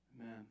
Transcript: amen